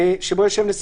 עתירה על